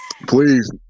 please